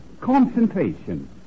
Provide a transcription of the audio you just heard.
Concentration